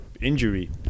injury